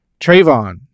Trayvon